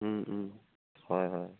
হয় হয়